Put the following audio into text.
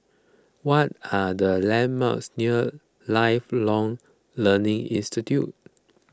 what are the landmarks near Lifelong Learning Institute